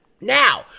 Now